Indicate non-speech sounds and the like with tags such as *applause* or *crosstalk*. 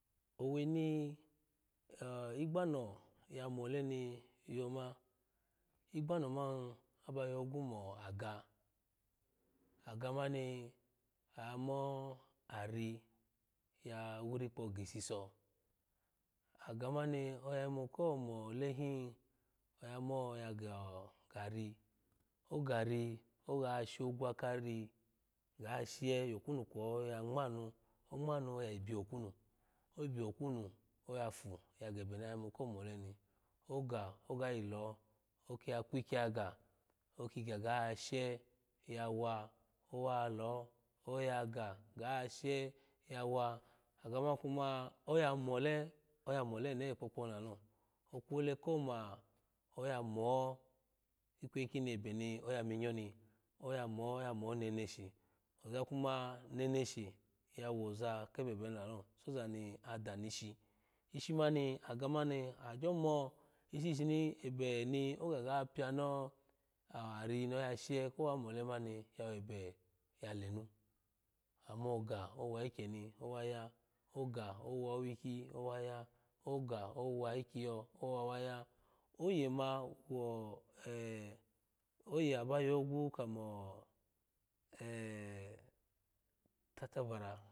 Oweni o igbano ya mole ni yoma igbano man aba yogu mu aga aga mani amo arii ya wirikpo gisiso aga mani oyayimu ko mole hin oya mo ya go gari ogari oga shogwa kari ga she yo kunu kwo ya ngmanu ongmanuoyayi bi okunu oyi biokunu oya fu yagebe ni ayimu komole ni oga ogayilo oki ya kukye yaga okigaga she yawa awo lo oya ga ga she yawa aga man kuma oya mole oya mole enoye kpokponu lalo okwole koma oya mo ikweyi kini ebe ni oya minyo ni oya mo amo neneshi oza kuma neneshi oyawoa kebebeni lalo sozani adamu ishi ishi mani aga mani agyo mo ishi shishim ebe ni oga ga pizno ari noya she kowa mole mani ya webe ya lenu amo ga awa ikgeni owa ya oga owa owikyi owa ya oga owa ikiyo owa wa ya oye ma wo e oye aba yogu kamo *hesitation* tatabara.